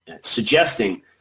suggesting